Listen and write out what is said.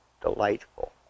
delightful